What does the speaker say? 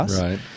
Right